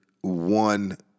one